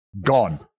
gone